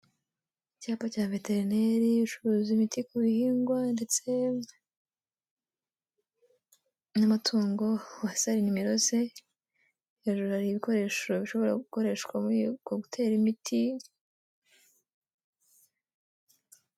Icyapa cya veterineri ucuruza imiti ku bihingwa ndetse n'amatungo, aho hasi hari nimero ze hejuru hari ibikoresho bishobora gukoreshwa muri uko gutera imiti